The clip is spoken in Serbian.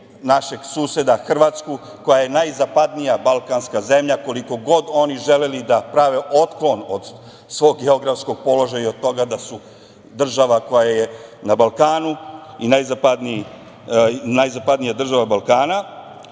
našeg suseda Hrvatsku, koja je najzapadnija balkanska zemlja, koliko god oni želeli da prave otklon od svog geografskog položaja i od toga da su država koja je na Balkanu i najzapadnija država Balkana,